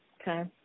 okay